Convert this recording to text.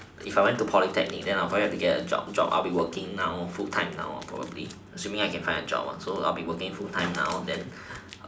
if I went to polytechnic I would probably have to get a job job I will be working now full time now probably assuming I can find a job lah so I would be working full time now then